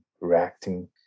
reacting